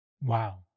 Wow